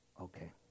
Okay